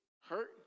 hurt